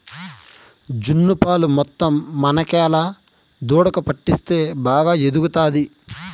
జున్ను పాలు మొత్తం మనకేలా దూడకు పట్టిస్తే బాగా ఎదుగుతాది